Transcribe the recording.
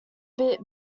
bit